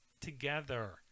together